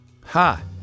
Ha